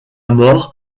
mort